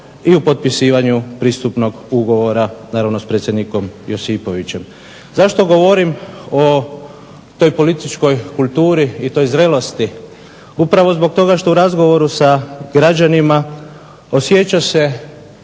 i u potpisivanju Pristupnog ugovora naravno s predsjednikom Josipovićem. Zašto govorim o toj političkoj kulturi i toj zrelosti? Upravo zbog toga što u razgovoru sa građanima osjeća se